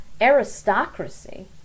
aristocracy